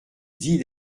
dix